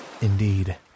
Indeed